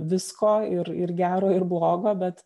visko ir ir gero ir blogo bet